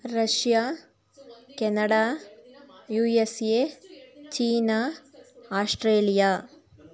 Russia Canada USA China Australia